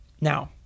Now